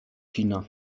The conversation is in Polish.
kina